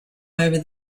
over